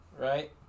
Right